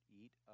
eat